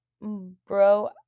bro